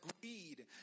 greed